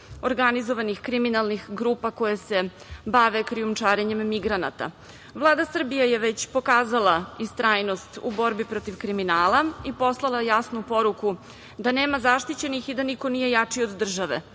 organizovanih kriminalnih grupa koje se bave krijumčarenjem migranata. Vlada Srbije je već pokazala istrajnost u borbi protiv kriminala i poslala jasnu poruku da nema zaštićenih i da niko nije jači od države. Sa